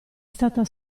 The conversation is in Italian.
stata